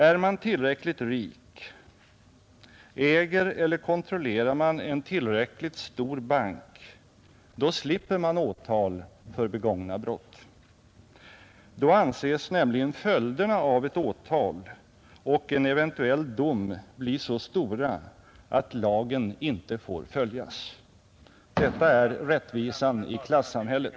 Är man tillräckligt rik, äger eller kontrollerar man en tillräckligt stor bank då slipper man åtal för begångna brott. Då anses nämligen följderna av ett åtal och en eventuell dom bli så stora, att lagen inte får följas. Detta är rättvisan i klassamhället.